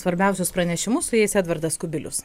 svarbiausius pranešimus su jais edvardas kubilius